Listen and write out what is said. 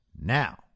Now